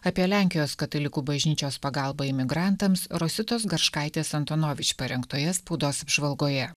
apie lenkijos katalikų bažnyčios pagalbą imigrantams rositos garškaitės antonovič parengtoje spaudos apžvalgoje